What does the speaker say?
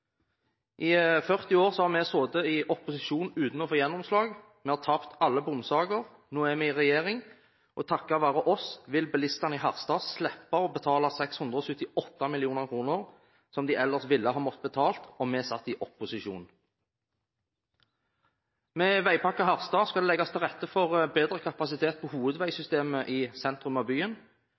I 40 år har vi sittet i opposisjon uten å få gjennomslag. Vi har tapt alle bompengesaker. Nå er vi i regjering, og takket være oss, vil bilistene i Harstad slippe å betale 678 mill. kr, som de ellers hadde måttet betale, om vi satt i opposisjon. Med Veipakke Harstad skal det legges til rette for bedre kapasitet på hovedveisystemet i sentrum av byen.